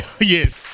Yes